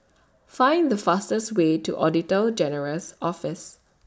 Find The fastest Way to Auditor General's Office